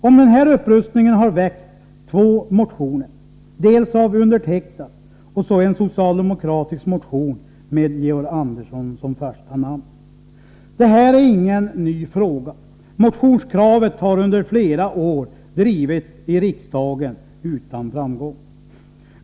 Om den här upprustningen har det väckts två motioner, dels en motion av mig, dels en socialdemokratisk motion med Georg Andersson som första namn. Det här är ingen ny fråga — motionskravet har under flera år drivits i riksdagen utan framgång.